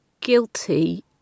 guilty